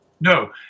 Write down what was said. No